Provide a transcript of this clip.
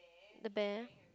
the bear